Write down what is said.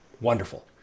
Wonderful